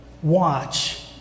Watch